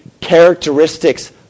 characteristics